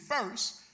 first